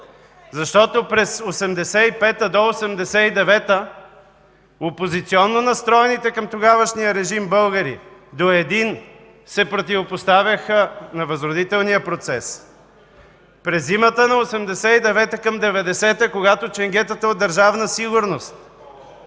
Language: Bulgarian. От 1985-а до 1989 г. опозиционно настроените към тогавашния режим българи до един се противопоставяха на Възродителния процес. През зимата на 1989-а към 1990 г., когато ченгетата от Държавна сигурност